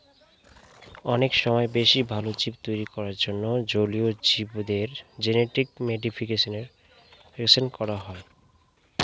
অনেক সময় বেশি ভালো জীব তৈরী করার জন্য জলীয় জীবদের জেনেটিক মডিফিকেশন করা হয়